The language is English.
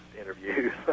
interviews